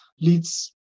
leads